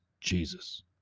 Jesus